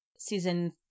Season